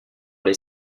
les